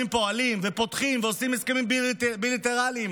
פועלת ופותחת ועושים הסכמים בילטרליים,